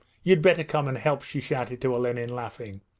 you'd better come and help she shouted to olenin, laughing.